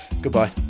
Goodbye